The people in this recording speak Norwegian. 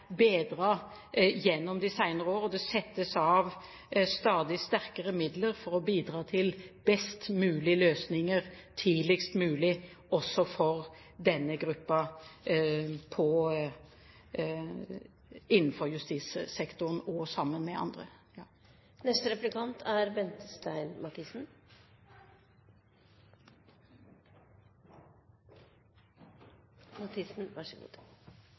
bedret gjennom de senere år, og det settes av stadig sterkere midler for å bidra til best mulig løsninger tidligst mulig også for denne gruppen, innenfor justissektoren og sammen med andre. Barnevernets primæroppgave er